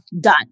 done